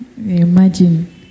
Imagine